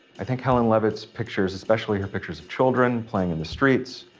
i think helen levitt's pictures, especially her pictures of children, playing in the streets,